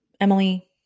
Emily